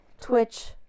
Twitch